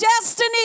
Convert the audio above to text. destiny